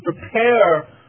prepare